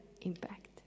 impact